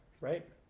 right